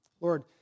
Lord